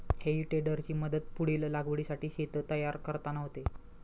हेई टेडरची मदत पुढील लागवडीसाठी शेत तयार करताना होते